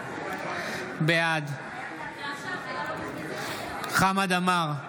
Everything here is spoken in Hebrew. בעד חמד עמאר,